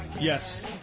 Yes